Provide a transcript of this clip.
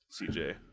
CJ